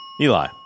Eli